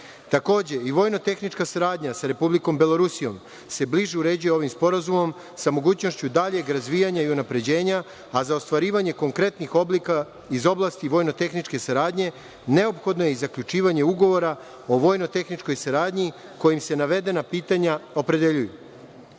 Takođe i vojno-tehnička saradnja sa Republikom Belorusijom se bliže uređuje ovim sporazumom sa mogućnošću daljeg razvijanja i unapređenja, a za ostvarivanje konkretnih oblika iz oblasti vojno-tehničke saradnje, neophodno je i zaključivanje ugovora o vojno-tehničkoj saradnji, kojim se navedena pitanja opredeljuju. Stupanjem